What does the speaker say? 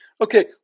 Okay